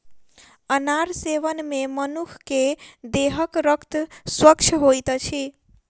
अनार सेवन मे मनुख के देहक रक्त स्वच्छ होइत अछि